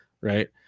right